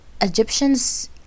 Egyptians